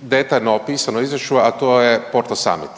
detaljno opisano u izvješću, a to je Porto samit.